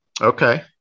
Okay